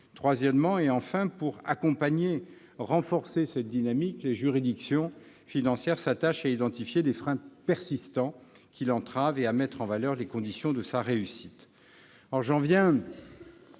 troisièmement, pour accompagner et renforcer cette dynamique, les juridictions financières s'attachent à identifier les freins persistants qui l'entravent et à mettre en valeur les conditions de sa réussite.